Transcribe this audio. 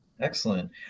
Excellent